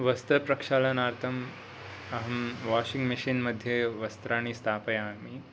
वस्त्रप्रक्षालनार्थम् अहं washing machine मध्ये वस्त्राणि स्थापयामि